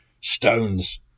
stones